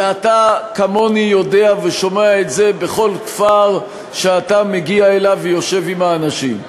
ואתה כמוני יודע ושומע את זה בכל כפר שאתה מגיע אליו ויושב עם האנשים.